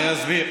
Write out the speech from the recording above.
אני אסביר.